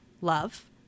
love